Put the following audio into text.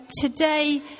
today